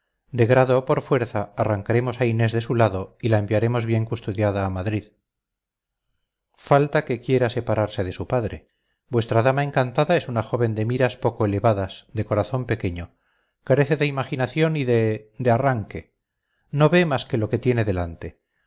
de grado o por fuerza arrancaremos a inés de su lado y la enviaremos bien custodiada a madrid falta que quiera separarse de su padre vuestra dama encantada es una joven de miras poco elevadas de corazón pequeño carece de imaginación y de de arranque no ve más que lo que tiene delante